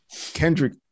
Kendrick